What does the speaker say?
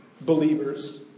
believers